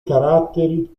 caratteri